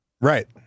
Right